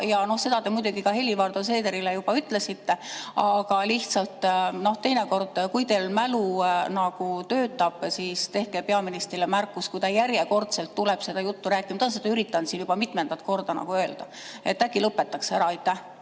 Seda te muidugi ka Helir-Valdor Seederile juba ütlesite. Aga lihtsalt teinekord, kui teil mälu nagu töötab, siis tehke peaministrile märkus, kui ta järjekordselt tuleb seda juttu rääkima, ta on seda üritanud siin juba mitmendat korda öelda. Äkki lõpetaks ära! Aitäh!